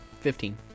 Fifteen